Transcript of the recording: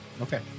Okay